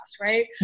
right